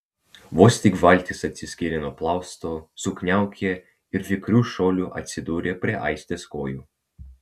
vos tik valtis atsiskyrė nuo plausto sukniaukė ir vikriu šuoliu atsidūrė prie aistės kojų